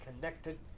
connected